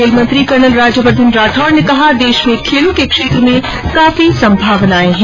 खेल मंत्री कर्नल राज्यवर्धन राठौड़ ने कहा है कि देश में खेलों के क्षेत्र में काफी संभावनाये हैं